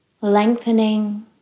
lengthening